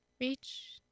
Reach